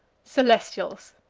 celestials,